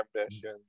ambition